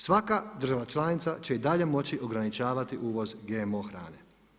Svaka država članica će i dalje moći ograničavati uvoz GMO hrane.